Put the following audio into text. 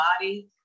body